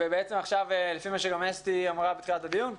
לפי מה שאסתי אמרה בתחילת הדיון,